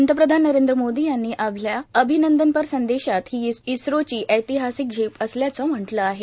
पंतप्रधान नरेंद्र मोदी यांनी आपल्या अभिनंदनपर संदेशात ही इस्रोची ऐतिहासिक झेप असल्याचं म्हटलं आहे